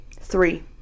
Three